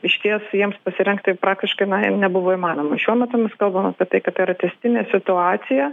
išties jiems pasirengti praktiškai na nebuvo įmanoma šiuo metu mes kalbam apie tai kad tai yra tęstinė situacija